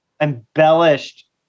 embellished